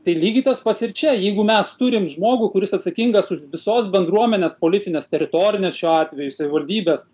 tai lygiai tas pats ir čia jeigu mes turim žmogų kuris atsakingas už visos bendruomenės politines teritorines šiuo atveju savivaldybės